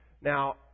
now